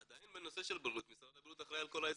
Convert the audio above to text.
עדיין בנושאי בריאות משרד הבריאות אחראי על כל האזרחים,